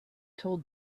told